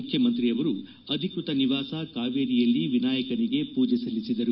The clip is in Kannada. ಮುಖ್ಯಮಂತ್ರಿಯವರು ಅಧಿಕೃತ ನಿವಾಸ ಕಾವೇರಿಯಲ್ಲಿ ವಿನಾಯಕನಿಗೆ ಪೂಜೆ ಸಲ್ಲಿಸಿದರು